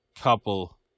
couple